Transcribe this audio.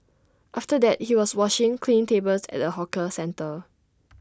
after that he was washing cleaning tables at A hawker centre